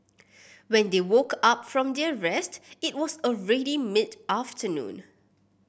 when they woke up from their rest it was already mid afternoon